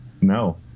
no